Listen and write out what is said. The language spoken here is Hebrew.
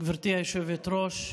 גברתי היושבת-ראש,